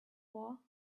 war